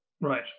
Right